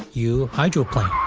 you hydroplane,